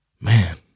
Man